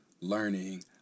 learning